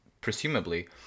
presumably